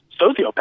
sociopath